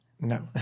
No